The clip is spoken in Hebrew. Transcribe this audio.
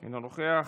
אינו נוכח,